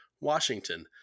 Washington